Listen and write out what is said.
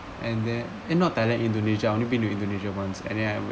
and then eh not thailand indonesia I only been to indonesia once and then I